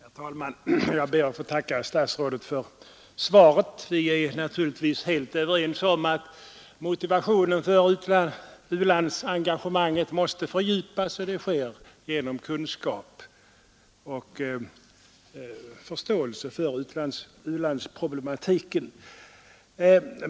Herr talman! Jag ber att få tacka statsrådet för svaret. Vi är naturligtvis helt överens om att motivationen för vårt u-landsengagemang måste fördjupas. Det sker genom kunskap och förståelse för u-landsproblematiken.